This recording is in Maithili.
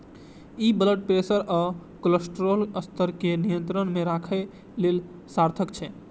ई ब्लड प्रेशर आ कोलेस्ट्रॉल स्तर कें नियंत्रण मे राखै लेल सार्थक छै